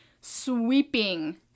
sweeping